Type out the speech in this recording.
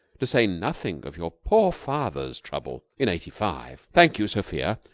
to say nothing of your poor father's trouble in eighty five thank you, sophia,